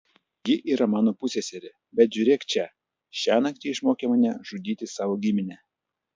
ji yra mano pusseserė bet žiūrėk čia šiąnakt ji išmokė mane žudyti savo giminę